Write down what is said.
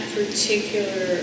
particular